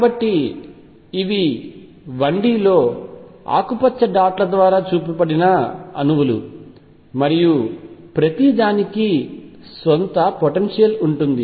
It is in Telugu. కాబట్టి ఇవి 1D లో ఆకుపచ్చ డాట్ల ద్వారా చూపబడిన అణువులు మరియు ప్రతి దానికి స్వంత పొటెన్షియల్ ఉంటుంది